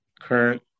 current